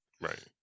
right